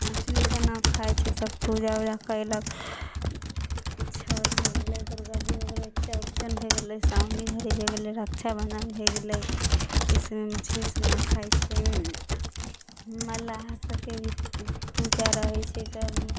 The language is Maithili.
मछली सब नहि खाइत छी सब पूजा उजा कएलक छठि हो गेलए दुर्गा जी हो गेलए चौड़चन भए गेलए सावनी घड़ी भए गेलए रक्षा बंधन भए गेलए एहि समयमे मछली छै से नहि खाइत छै मल्लाह सबके भी पूजा रहैत छै तब